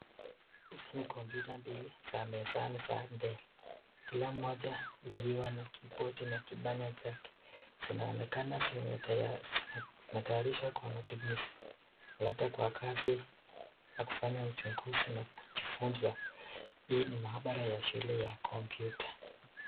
Hizi ni (computer) mbili za mwzani za mbele. Kila mmoja akiwa na kibodo na kipanya chake . Zimronekana zimetayarishwa kwa matumizi , labda kwa kazi ya kufanya uchunguzi na kujifunza . Hii ni mahabara ya shule ya (Computer).